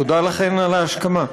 תודה לכן על ההשכמה.